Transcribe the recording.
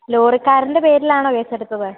ലോറിക്കാരൻ്റെ പേരിലാണോ കേസെടുത്തത്